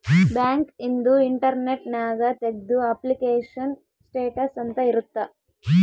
bank ಇಂದು internet ನ್ಯಾಗ ತೆಗ್ದು ಅಪ್ಲಿಕೇಶನ್ ಸ್ಟೇಟಸ್ ಅಂತ ಇರುತ್ತ